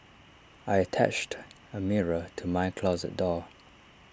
I attached A mirror to my closet door